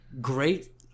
Great